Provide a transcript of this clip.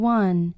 one